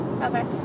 Okay